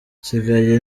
nsigaye